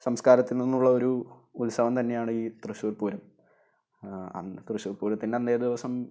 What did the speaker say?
സംസ്കാരത്തിൽ നിന്നുള്ള ഒരു ഉത്സവം തന്നെയാണ് ഈ തൃശ്ശൂര് പൂരം അന്ന് തൃശ്ശൂര് പൂരത്തിന്റെ അന്നേ ദിവസം